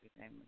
name